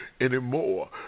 anymore